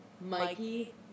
Mikey